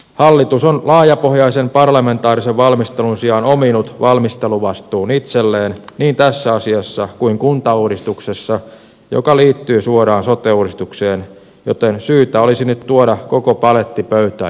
hallitus on laajapohjaisen parlamentaarisen valmistelun sijaan ominut valmisteluvastuun itselleen niin tässä asiassa kuin kuntauudistuksessa joka liittyy suoraan sote uudistukseen joten syytä olisi nyt tuoda koko paletti pöytään ja pian